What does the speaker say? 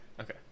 Okay